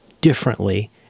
differently